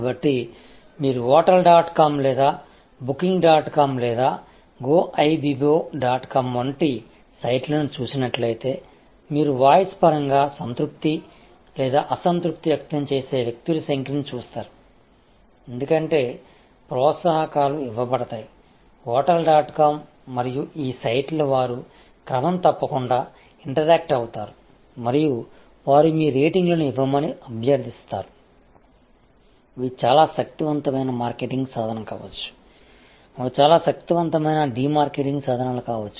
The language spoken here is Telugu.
కాబట్టి మీరు హోటల్ డాట్ కామ్ లేదా బుకింగ్ డాట్ కామ్ లేదా గోఐబిబో డాట్ కామ్ వంటి సైట్లను చూసినట్లయితే మీరు వాయిస్ పరంగా సంతృప్తి లేదా అసంతృప్తి వ్యక్తం చేసే వ్యక్తుల సంఖ్యను చూస్తారు ఎందుకంటే ప్రోత్సాహకాలు ఇవ్వబడతాయి హోటల్ డాట్ కామ్ మరియు ఈ సైట్ల వారు క్రమం తప్పకుండా ఇంటరాక్ట్ అవుతారు మరియు వారు మీ రేటింగ్లను ఇవ్వమని అభ్యర్థిస్తారు ఇవి చాలా శక్తివంతమైన మార్కెటింగ్ సాధనం కావచ్చు అవి చాలా శక్తివంతమైన డిమార్కెటింగ్ సాధనాలు కావచ్చు